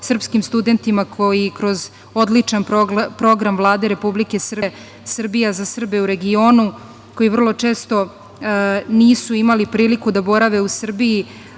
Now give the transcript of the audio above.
srpskim studentima koji kroz odličan program Vlade Republike Srbije „Srbija za Srbe u regionu“ koji vrlo često nisu imali priliku da borave u Srbiji,